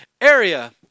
area